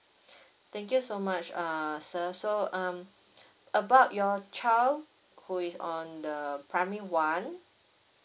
thank you so much err sir so um about your child who is on the primary one